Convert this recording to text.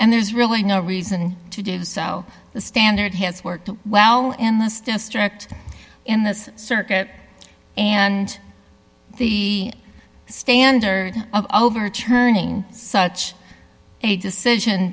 and there's really no reason to do so the standard has worked well in the us district in this circuit and the standard of overturning such a decision